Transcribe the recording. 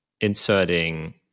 inserting